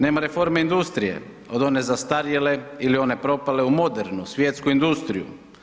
Nema reforme industrije od one zastarjele ili one propale u modernu svjetsku industriju.